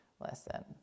listen